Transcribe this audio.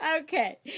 Okay